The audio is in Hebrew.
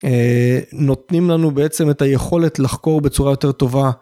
נותנים לנו בעצם את היכולת לחקור בצורה יותר טובה.